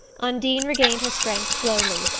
undine regained her strength slowly,